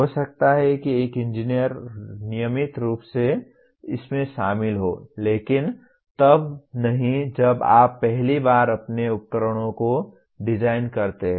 हो सकता है कि एक इंजीनियर नियमित रूप से इसमें शामिल हो लेकिन तब नहीं जब आप पहली बार अपने उपकरणों को डिज़ाइन करते हैं